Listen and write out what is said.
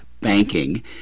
Banking